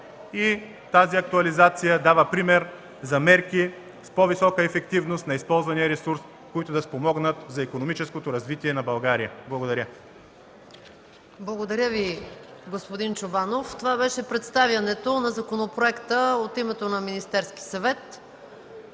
Тази актуализация дава пример за мерки в по-висока ефективност на използвания ресурс, които да спомогнат за икономическото развитие на България. Благодаря.